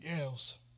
else